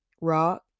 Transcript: rock